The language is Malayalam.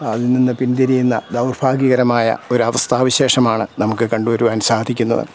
അതിൽ നിന്ന് പിന്തിരിയുന്ന ദൗർഭാഗ്യകരമായ ഒരു അവസ്ഥാ വിശേഷമാണ് നമുക്ക് കണ്ടുവരുവാൻ സാധിക്കുന്നത്